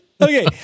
Okay